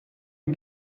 you